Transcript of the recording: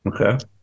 Okay